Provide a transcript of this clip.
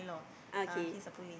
okay